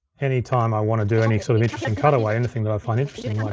anytime i wanna do any sort of interesting cutaway, anything that i find interesting like